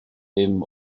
dim